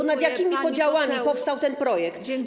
Ponad jakimi podziałami powstał ten projekt?